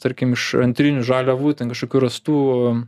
tarkim iš antrinių žaliavų ten kažkokių rastų